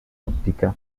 òptica